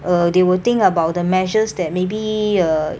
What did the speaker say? err they will think about the measures that maybe uh